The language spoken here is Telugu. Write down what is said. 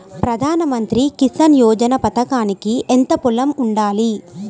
ప్రధాన మంత్రి కిసాన్ యోజన పథకానికి ఎంత పొలం ఉండాలి?